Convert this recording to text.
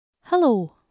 Hello